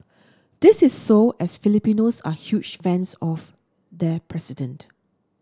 this is so as Filipinos are huge fans of their president